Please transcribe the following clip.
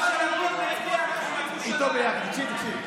להגיד שהוא לא יודע מה הוא קורא זה קצת צביעות,